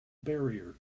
barrier